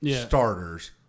starters